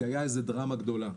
כי היתה איזה דרמה גדולה.